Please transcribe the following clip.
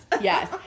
yes